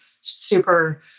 super